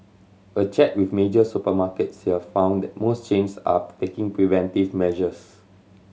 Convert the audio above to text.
a check with major supermarkets here found that most chains are taking preventive measures